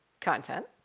content